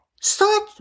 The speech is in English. start